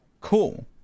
cool